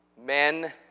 Men